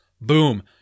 Boom